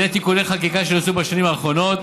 על ידי תיקוני חקיקה שנעשו בשנים האחרונות,